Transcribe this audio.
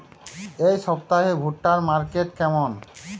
এই সপ্তাহে ভুট্টার মার্কেট কেমন?